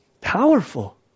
powerful